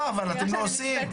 לא, אבל אתם לא עושים.